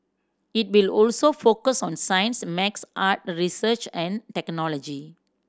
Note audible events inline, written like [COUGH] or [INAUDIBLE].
it will also focus on science [UNINTELLIGIBLE] art research and technology